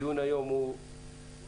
הדיון היום מתמקד